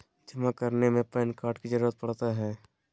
जमा करने में पैन कार्ड की जरूरत पड़ता है?